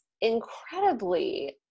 incredibly